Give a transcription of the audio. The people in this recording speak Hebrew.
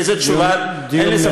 דיון מעניין.